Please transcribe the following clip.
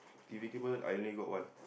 T_V cable I only got one